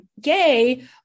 gay